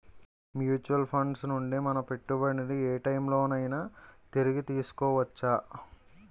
Mutual funds నుండి మన పెట్టుబడిని ఏ టైం లోనైనా తిరిగి తీసుకోవచ్చా?